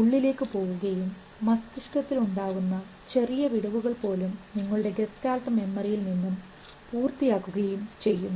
ഉള്ളിലേക്ക് പോവുകയും മസ്തിഷ്കത്തിൽ ഉണ്ടാവുന്ന ചെറിയ വിടവുകൾ പോലും നിങ്ങളുടെ ഗസ്റ്റാൾട്ട് മെമ്മറിയിൽ നിന്നും പൂർത്തിയാക്കുകയും ചെയ്യും